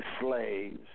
slaves